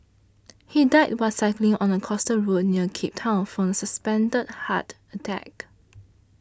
he died while cycling on a coastal road near Cape Town from a suspected heart attack